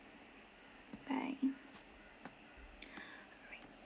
bye